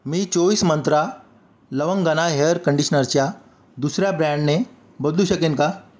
मी चोवीस मंत्रा लवंगांना हेअर कंडीशनरच्या दुसऱ्या ब्रँडने बदलू शकेन का